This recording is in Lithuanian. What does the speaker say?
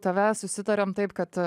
tave susitariam taip kad